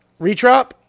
retrop